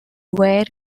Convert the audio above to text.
where